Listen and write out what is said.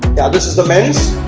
yeah this is the men's